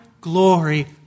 glory